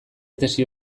tesi